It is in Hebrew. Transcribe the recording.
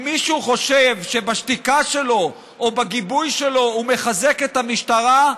אם מישהו חושב שבשתיקה שלו או בגיבוי שלו הוא מחזק את המשטרה,